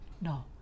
No